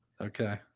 Okay